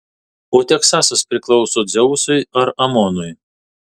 o teksasas priklauso dzeusui ar amonui